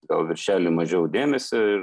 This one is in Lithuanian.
gal viršeliui mažiau dėmesio ir